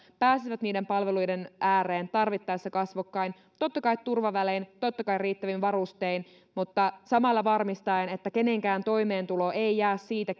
pääsisivät niiden palveluiden ääreen tarvittaessa kasvokkain totta kai turvavälein totta kai riittävin varustein mutta samalla varmistaen että kenenkään toimeentulo ei jää siitä